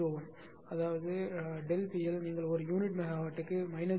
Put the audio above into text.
01 அதாவது unitP L நீங்கள் ஒரு யூனிட் மெகாவாட்டுக்கு மைனஸ் 0